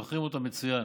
זוכרים אותו מצוין.